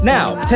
Now